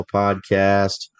podcast